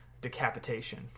decapitation